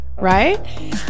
right